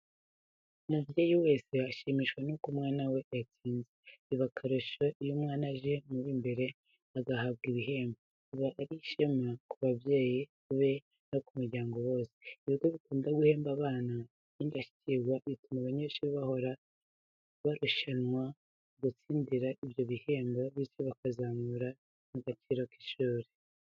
Umubyeyi wese ashimishwa n'uko umwana we yatsinze, biba akarusho iyo umwana aje mu b'imbere agahabwa ibihembo, biba ari ishema ku babyeyi be no ku muryango wose. Ibigo bikunda guhemba abana b'indashyikirwa bituma abanyeshuri bahora barushanirwa gutsindira ibyo bihembo bityo bikazamura n'agaciro k'ishuri.